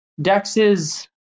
DEXs